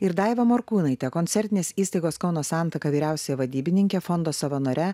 ir daiva morkūnaite koncertinės įstaigos kauno santaka vyriausiąja vadybininke fondo savanore